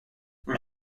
mais